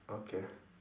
okay